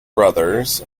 brothers